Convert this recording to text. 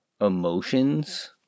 emotions